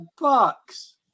bucks